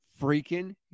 freaking